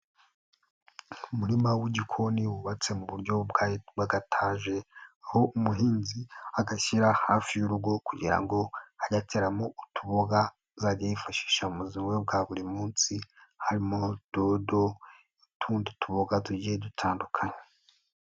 Umurima w'igikoni wubatse mu buryogataje, aho umuhinzi agashyira hafi y'urugo kugira ngo aga ateramo utuboga azajya yifashisha mu bu bwa buri munsi, harimo dodo n'utundi tuboga tugiye dutandukanye.